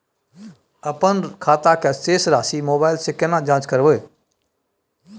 अपन खाता के शेस राशि मोबाइल से केना जाँच करबै?